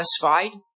satisfied